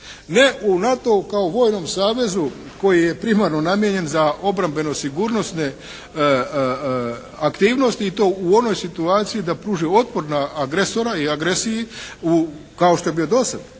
Ne o NATO-u kao vojnom savezu koji je primarno namijenjen za obrambeno-sigurnosne aktivnosti i to u onoj situaciji da pruži otpor na agresora i agresiji kao što je bio do